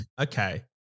Okay